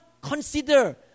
consider